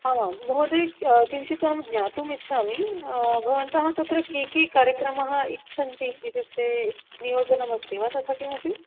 आमां महोदय किञ्चित् अहं ज्ञातुमिच्छामि भवन्तः तत्र के के कार्यक्रमान् इच्छन्ति इत्युक्ते नियोजनमस्ति वा तथा किमपि